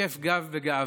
וזוקף גו בגאווה